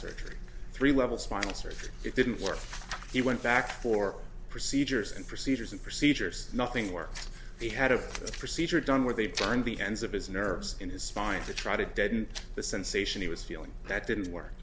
surgery three level sponsors it didn't work he went back for procedures and procedures and procedures nothing worked they had a procedure done where they turned the ends of his nerves in his spine to try to deaden the sensation he was feeling that didn't work